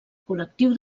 col·lectiu